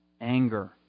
anger